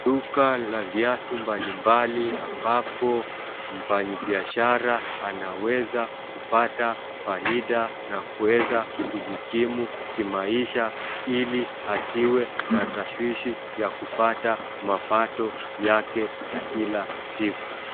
Duka la viatu mbalimbali ambapo mfanyibiashara anaweza kupata faida na kuweza kujikimu kimaisha ili asiwe na tashwishi ya kupata mapato yake ya kila siku.